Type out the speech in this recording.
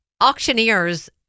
auctioneers